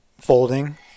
folding